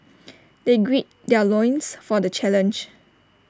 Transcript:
they gird their loins for the challenge